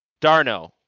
Darno